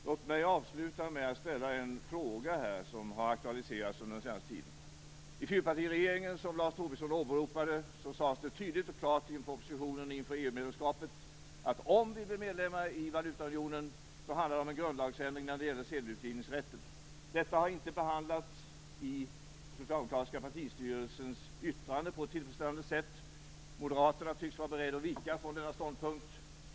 Låt mig avsluta med att ställa en fråga som har aktualiserats under den senaste tiden. I fyrpartiregeringen, som Lars Tobisson åberopade, sades det tydligt och klart i propositionen inför EU-medlemskapet att om vi blir medlemmar i valutaunionen handlar det om en grundlagsändring när det gäller sedelutgivningsrätten. Detta har inte behandlats på ett tillfredsställande sätt i den socialdemokratiska partistyrelsens yttrande. Moderaterna tycks vara beredda att vika från denna ståndpunkt.